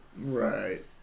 Right